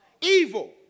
evil